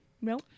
No